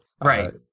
Right